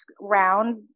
round